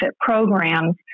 programs